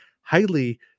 highly